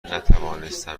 نتوانستم